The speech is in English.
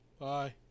Bye